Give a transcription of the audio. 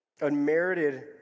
Unmerited